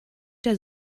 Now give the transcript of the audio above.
der